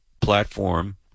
platform